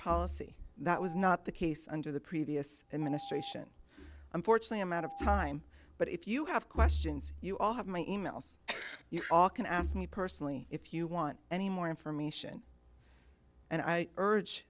policy that was not the case under the previous administration unfortunately i'm out of time but if you have questions you all have my emails you all can ask me personally if you want any more information and i urge